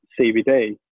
CBD